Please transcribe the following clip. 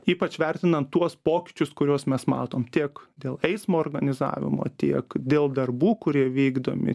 ypač vertinan tuos pokyčius kuriuos mes matom tiek dėl eismo organizavimo tiek dėl darbų kurie vykdomi